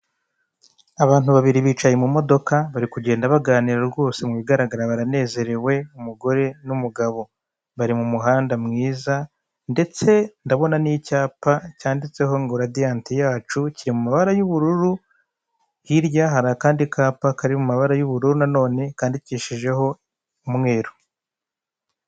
Abantu babiri bicaye mu modoka bari kugenda baganira rwose mu bigaragara baranezerwe, umugore n'umugabo, bari mu muhanda mwiza, ndetse ndabona n'icyapa cyanditseho ngo radiyati yacu, kiri mu mabara y'ubururu, hirya hari akandi kapa kari mu mabara y'ubururu nanone kandikishijeho umweru.